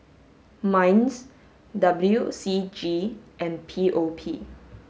MINDS W C G and P O P